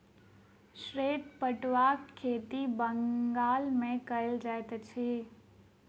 श्वेत पटुआक खेती बंगाल मे कयल जाइत अछि